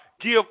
give